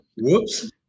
Whoops